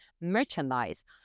merchandise